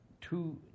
two